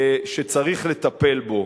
שצריך לטפל בו.